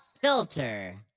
Filter